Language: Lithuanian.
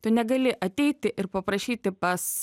tu negali ateiti ir paprašyti pas